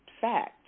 fact